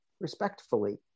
respectfully